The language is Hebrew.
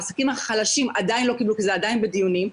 העסקים החלשים עדיין לא קיבלו כי זה עדיין בדיונים.